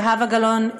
זהבה גלאון,